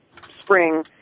spring